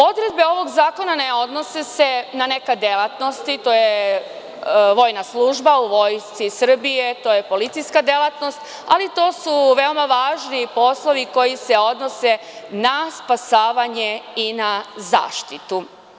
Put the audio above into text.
Odredbe ovog zakona ne odnose se na neke delatnosti, to je vojna služba u Vojsci Srbije, to je policijska delatnost, ali to su veoma važni poslovi koji se odnose na spasavanje i na zaštitu.